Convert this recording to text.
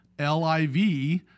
LIV